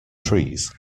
trees